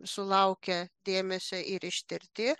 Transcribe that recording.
sulaukia dėmesio ir ištirti